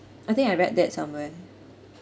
I think I read that somewhere